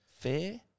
fair